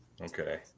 Okay